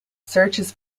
searches